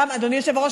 אדוני היושב-ראש,